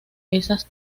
esas